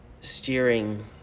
steering